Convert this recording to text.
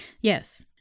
yes